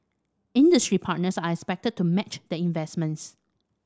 industry partners are expected to match the investments